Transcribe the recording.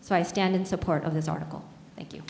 so i stand in support of this article thank you